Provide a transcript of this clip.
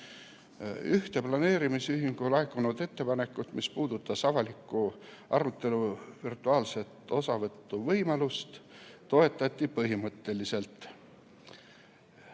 Ühte planeerijate ühingu laekunud ettepanekut, mis puudutas avalikust arutelust virtuaalse osavõtu võimalust, toetati põhimõtteliselt.